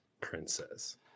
Princess